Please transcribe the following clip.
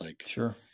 Sure